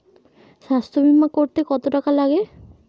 স্বাস্থ্যবীমা করতে কত টাকা লাগে?